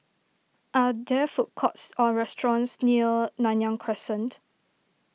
are there food courts or restaurants near Nanyang Crescent